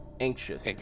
anxious